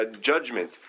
judgment